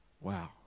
Wow